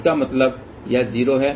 इसका मतलब यह 0 है